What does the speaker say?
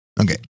Okay